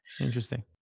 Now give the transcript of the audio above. Interesting